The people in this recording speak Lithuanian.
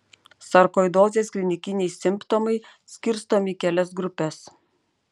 sarkoidozės klinikiniai simptomai skirstomi į kelias grupes